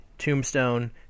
tombstone